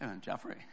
Jeffrey